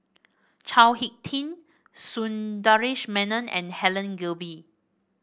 Chao HicK Tin Sundaresh Menon and Helen Gilbey